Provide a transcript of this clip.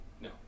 No